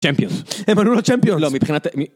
צ'מפיונז. אה, אבל הוא לא צ'מפיונז. לא, מבחינת...